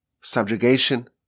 subjugation